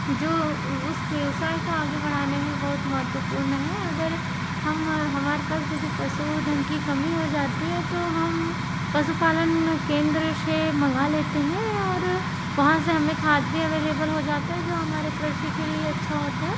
जो उस व्यवसाय को आगे बढ़ाने मे बहुत महत्वपूर्ण है अगर हम हमारे पास किसी पशु धन की कमी हो जाती है तो हम पशुपालन केंद्र से माँगा लेते हैं और वहां से हमें खाद भी अवेलेबल हो जाता है जो हमारे कृषि के लिए अच्छा होता है